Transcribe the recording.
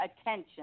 attention